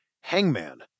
Hangman